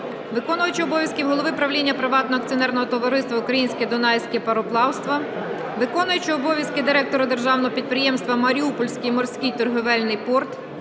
виконувача обов'язків голови Правління приватного акціонерного товариства "Українське Дунайське Пароплавство", виконуючого обов'язки директора Державного підприємства "Маріупольський морський торговельний порт",